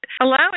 allowing